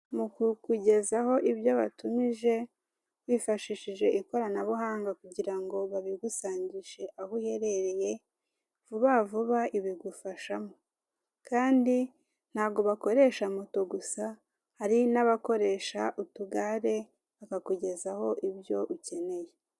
Mu kukugezaho ibyo watumije hifashishije ikoranabuhanga kugira ngo babigusganishe aho uherereye, vuba vuba ibigufashamo kandi ntago bakoresha moto gusa hari n'abakoresha utugare bakakugezaho ibyo ukeneye.